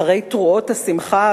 אחרי תרועות השמחה